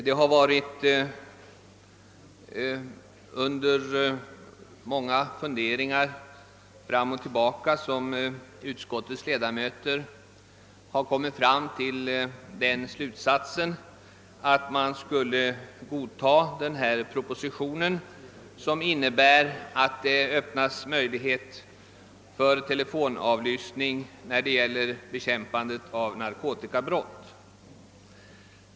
Det var efter många fun deringar fram och tillbaka som utskottets ledamöter kom fram till slutsatsen att man skulle godta propositionen som innebär att det öppnas möjligheter för telefonavlyssning vid bekämpandet av narkotikabrott.